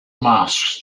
masks